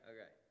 Okay